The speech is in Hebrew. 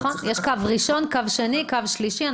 נכון, יש קו ראשון, קו שני, קו שלישי.